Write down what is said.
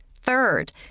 Third